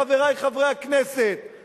חברי חברי הכנסת,